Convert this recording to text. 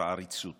מעריצות